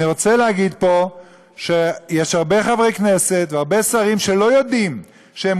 אני רוצה להגיד שיש הרבה חברי כנסת והרבה שרים שלא יודעים שהם